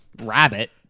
rabbit